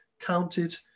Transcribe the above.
counted